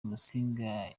musinga